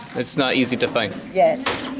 it's not easy to find? yes